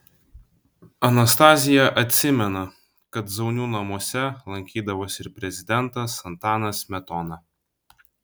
anastazija atsimena kad zaunių namuose lankydavosi ir prezidentas antanas smetona